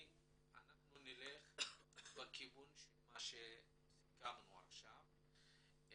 אנחנו נלך בכיוון שסיכמנו עכשיו.